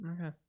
okay